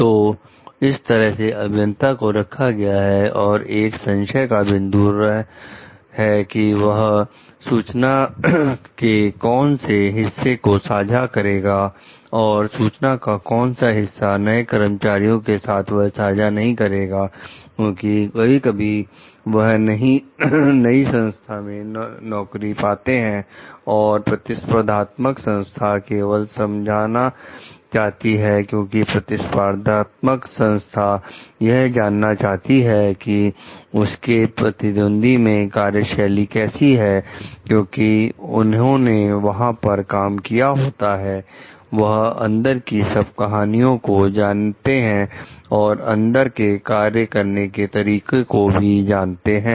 तो इस तरह से अभियंता को रखा गया और एक संशय का बिंदु रहा कि वह सूचना के कौन से हिस्से को साझा करेगा और सूचना का कौन सा हिस्सा नए कर्मचारियों के साथ वह साझा नहीं करेगा क्योंकि कभी कभी वह नहीं संस्था में नौकरी पाते हैं और प्रतिस्पर्धात्मक संस्था केवल समझना चाहती है क्योंकि प्रतिस्पर्धात्मक संस्था यह जानना चाहती है कि उनके प्रतिद्वंद्वियों में कार्य शैली कैसी है क्योंकि उन्होंने वहां पर काम किया होता है वह अंदर की सब कहानियों को जानते हैं और अंदर के कार्य करने के तरीके को भी जानते हैं